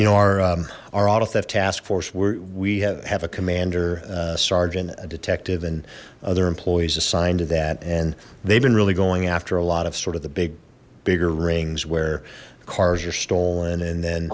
you know our our auto theft task force we have have a commander sergeant detective and other employees assigned to that and they've been really going after a lot of sort of the big bigger rings where cars are stolen and then